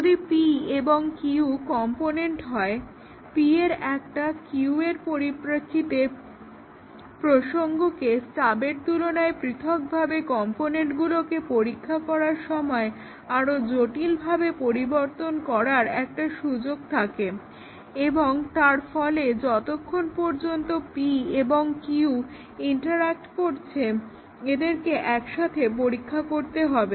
যদি p এবং q component হয় p এর একটা q এর পরিপ্রেক্ষিতে প্রসঙ্গকে স্টাবের তুলনায় পৃথকভাবে কম্পোনেটগুলোকে পরীক্ষা করার সময় আরো জটিলভাবে পরিবর্তন করার একটা সুযোগ থাকে এবং তারফলে যতক্ষন পর্যন্ত p এবং q ইন্টার্যাক্ট করছে এদেরকে একসাথে পরীক্ষা করতে হবে